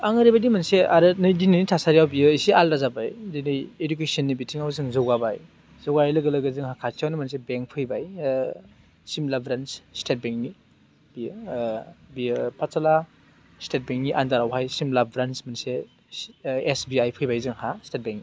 आं ओरैबायदि मोनसे आरो नै दिनैनि थासारियाव बियो एसे आलदा जाबाय दिनै इदुकेसन नि बिथिङाव जों जौगाबाय जौगानाय लोगो लोगो जोंहा खाथियावनो मोनसे बेंक फैबाय सिमला ब्रान्स स्टेट बेंक नि बेयो बेयो पाठशाला स्टेट बेंक नि आन्दार आवहाय सिमला ब्रान्स मोनसे एस बि आइ फैबाय जोंहा स्टेट बेंक